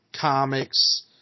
comics